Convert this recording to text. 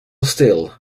still